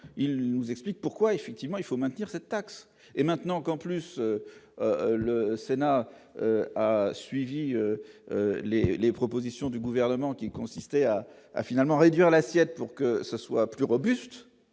il nous explique pourquoi effectivement il faut maintenir cette taxe et maintenant encore plus, le Sénat a suivi les les propositions du gouvernement, qui consistait à à finalement réduire l'assiette pour que ce soit plus robuste,